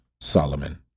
Solomon